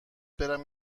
برم